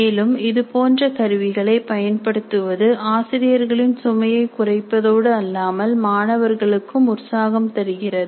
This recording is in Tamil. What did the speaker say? மேலும் இது போன்ற கருவிகளைப் பயன்படுத்துவது ஆசிரியர்களின் சுமையை குறைப்பதோடு அல்லாமல் மாணவர்களுக்கும் உற்சாகம் தருகிறது